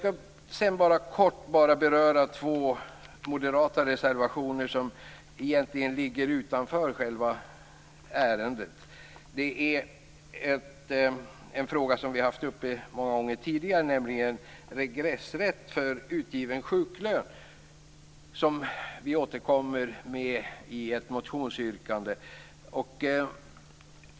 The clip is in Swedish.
Jag skall kort beröra två moderata reservationer som egentligen ligger utanför själva ärendet. Det gäller en fråga som har diskuterats tidigare, nämligen regressrätt för utgiven sjuklön. Vi har återkommit med ett motionsyrkande.